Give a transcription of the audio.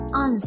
on